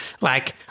like-